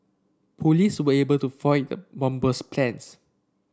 police were able to foil the bomber's plans